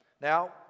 Now